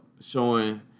showing